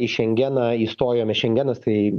į šengeną įstojome šengenas tai